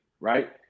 right